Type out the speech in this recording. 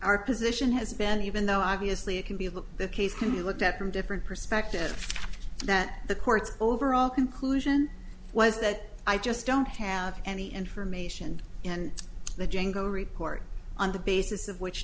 our position has been even though obviously it can be look the case can be looked at from different perspective that the courts overall conclusion was that i just don't have any information and the jangle report on the basis of wh